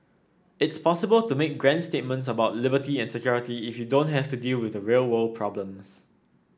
it's possible to make grand statements about liberty and security if you don't have to deal with real world problems